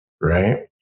Right